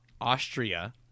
austria